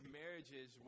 marriages